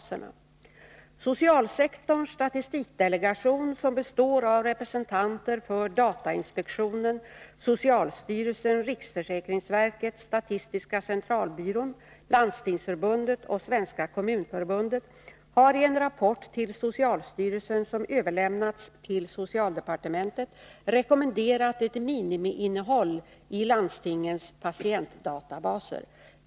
Socialsektorns statistikdelegation, som består av representanter för datainspektionen, socialstyrelsen, riksförsäkringsverket, statistiska centralbyrån, Landstingsförbundet och Svenska kommunförbundet, har i en rapport till socialstyrelsen, som överlämnats till socialdepartementet, rekommenderat ett minimiinnehåll i landstingens patientdatabaser.